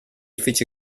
fece